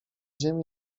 ziemi